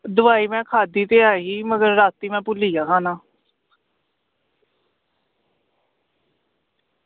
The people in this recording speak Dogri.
दोआई में खाद्धी ते आई ही मगर रातीं में भुल्ली गेआ खाना